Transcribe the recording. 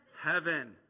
heaven